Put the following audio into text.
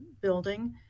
Building